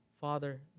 Father